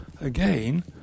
again